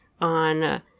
on